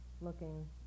looking